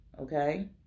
okay